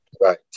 Right